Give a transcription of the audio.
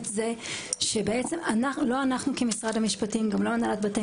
לא אנחנו כמשרד המשפטים וגם לא הנהלת בתי